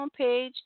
homepage